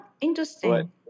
interesting